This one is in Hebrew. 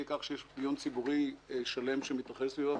כך שיש דיון ציבורי שלם שמתרחש סביבה.